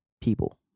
people